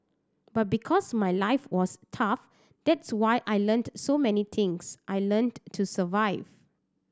but because my life was tough that's why I learnt so many things I learnt to survive